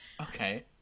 Okay